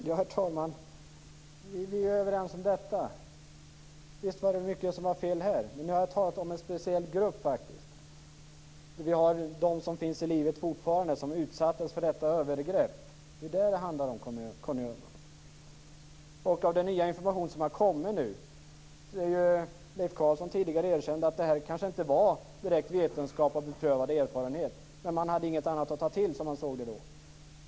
Herr talman! Vi är överens om att det var mycket som var fel men nu gäller det en speciell grupp. En del av dem som utsattes för detta övergrepp är fortfarande i livet. Conny Öhman, det är detta som det handlar om! Ny information har nu kommit. Leif Carlson erkände tidigare att det kanske inte direkt var vetenskap och beprövad erfarenhet men man hade inget annat att ta till, som man då såg detta.